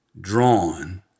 drawn